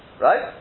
Right